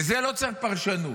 לזה לא צריך פרשנות,